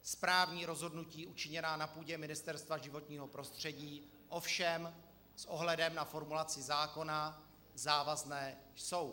Správní rozhodnutí učiněná na půdě Ministerstva životního prostředí ovšem s ohledem na formulaci zákona závazná jsou.